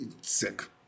Sick